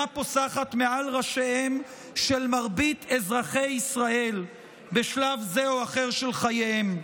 פוסחת מעל ראשיהם של מרבית אזרחי ישראל בשלב זה או אחר של חייהם.